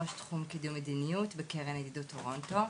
ראש תחום קידום מדיניות בקרן הידידות טורנטו.